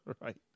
Right